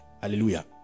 Hallelujah